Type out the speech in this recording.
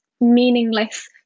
meaningless